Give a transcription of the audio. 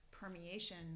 permeation